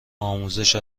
آموزش